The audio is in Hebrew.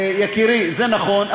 יקירי, זה נכון.